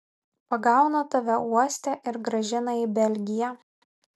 pagauna tave uoste ir grąžina į belgiją